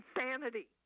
insanity